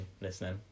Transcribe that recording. listening